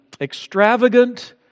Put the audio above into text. extravagant